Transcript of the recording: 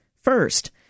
first